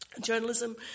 journalism